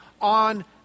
on